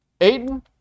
Aiden